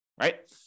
right